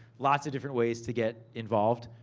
lots of different ways to get involved.